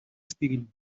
estiguen